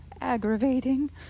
aggravating